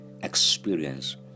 experience